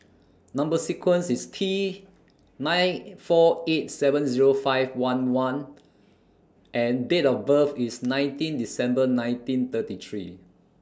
Number sequence IS T nine four eight seven Zero five one one and Date of birth IS nineteen December nineteen thirty three